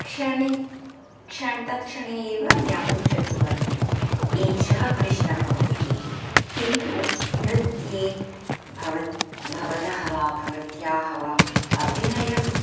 क्षणे क्षणे तत्क्षणे एव ज्ञातुं शक्नुवन्ति एषः कृष्णः इति किन्तु नृत्ये भवत् भवतः वा भवत्याः वा अभिनयं